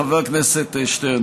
חבר הכנסת שטרן,